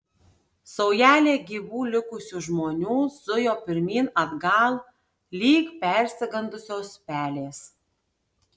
saujelė gyvų likusių žmonių zujo pirmyn atgal lyg persigandusios pelės